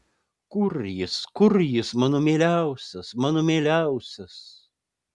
kur jis kur jis mano mieliausias mano mieliausias